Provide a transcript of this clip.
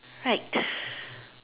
right